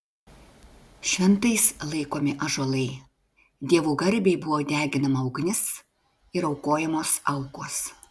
šventais laikomi ąžuolai dievų garbei buvo deginama ugnis ir aukojamos aukos